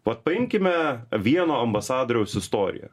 vat paimkime vieno ambasadoriaus istoriją